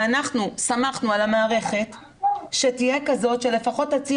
אנחנו שמחנו על המערכת שתהיה כזאת שלפחות תציע